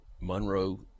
Monroe